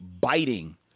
biting